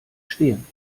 stehen